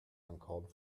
uncalled